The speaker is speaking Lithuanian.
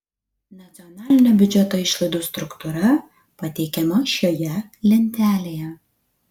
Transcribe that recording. nacionalinio biudžeto išlaidų struktūra pateikiama šioje lentelėje